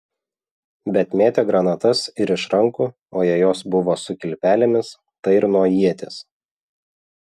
bet mėtė granatas ir iš rankų o jei jos buvo su kilpelėmis tai ir nuo ieties